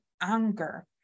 anger